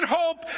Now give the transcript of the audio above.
hope